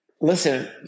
Listen